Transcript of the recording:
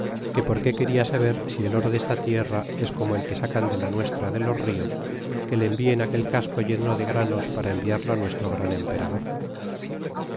que por que quena saber si el oro desta tierra es como el que sacan de la nuestra de los nos que le envien aquel casco lleno de granos para enviarlo nuestro gran emperador